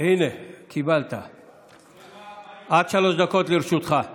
הם הצביעו לכנסת ולחברי כנסת.